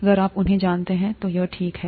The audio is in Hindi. अगर आप उन्हें जानते हैं तो यह ठीक है